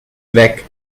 weg